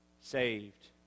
Saved